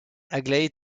aglaé